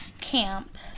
camp